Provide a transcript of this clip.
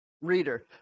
reader